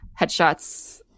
headshots